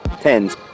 Tens